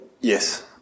Yes